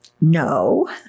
no